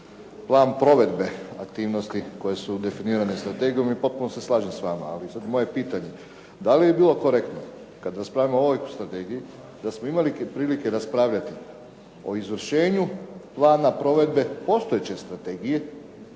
plan provedbe aktivnost koje su definirane strategijom i u potpunosti se slažem s vama. Ali sada moje pitanje. Da li bi bilo korektno kada raspravimo o ovoj strategiji, da smo imali prilike raspravljati o izvršenju plana provedbe postojeće strategije,